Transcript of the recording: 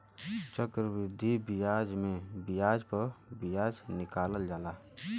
चक्रवृद्धि बियाज मे बियाज प बियाज निकालल जाला